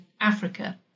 Africa